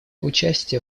участие